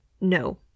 No